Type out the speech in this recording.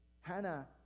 Hannah